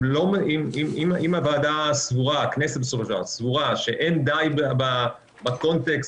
הכנסת סבורה שאין די בקונטקסט,